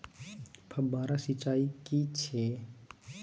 फव्वारा सिंचाई की छिये?